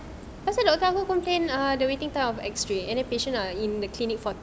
cause ada doctor aku complain ah the waiting time of X-ray then the patient are in the clinic for